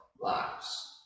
lives